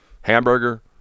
Hamburger